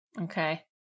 Okay